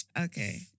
Okay